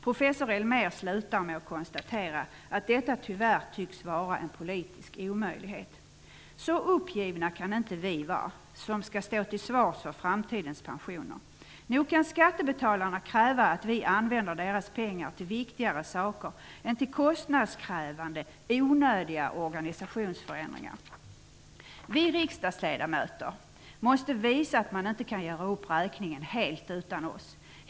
Professor Elmér slutar med att konstatera att detta tyvärr tycks vara en politisk omöjlighet. Så uppgivna kan inte vi vara som skall stå till svars för framtidens pensioner. Nog kan skattebetalarna kräva att vi använder deras pengar till viktigare saker än till kostnadskrävande, onödiga organisationsförändringar? Vi riksdagsledamöter måste visa att man inte kan göra upp räkningen helt utan oss.